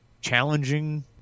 challenging